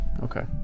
Okay